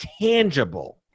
tangible